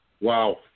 Wow